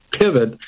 pivot